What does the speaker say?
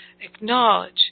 acknowledge